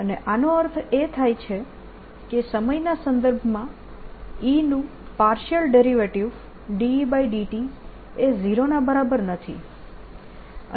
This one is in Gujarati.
અને આનો અર્થ એ થાય છે કે સમયના સંદર્ભમાં E નું પાર્શીયલ ડેરિવેટીવ Et એ 0 ના બરાબર નથી